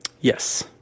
yes